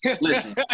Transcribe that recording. listen